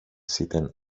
sitter